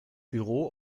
büro